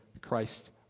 Christ